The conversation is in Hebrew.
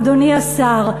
אדוני השר,